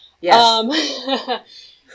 Yes